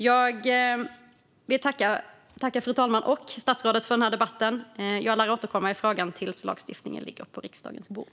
Jag vill tacka fru talmannen och statsrådet för debatten. Jag lär återkomma i frågan tills lagstiftningen ligger på riksdagens bord.